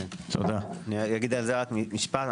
אומר על זה משפט.